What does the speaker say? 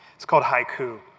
it's called haiku.